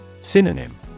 Synonym